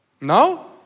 No